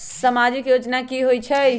समाजिक योजना की होई छई?